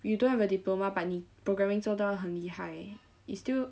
you don't have a diploma but 你 programming 做到很厉害 is still